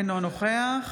אינו נוכח